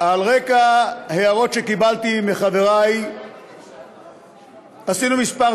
על רקע הערות שקיבלתי מחברי עשינו כמה